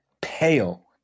pale